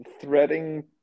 threading